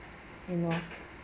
you know